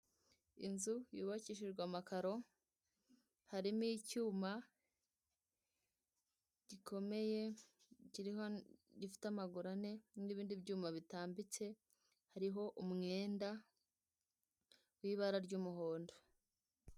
Inzu yubakishijwe amakaro, harimo icyuma gikomeye kiriho gifite amaguru ane n'ibindi byuma bitambitse, hariho umwenda w'ibara ry'umuhondo.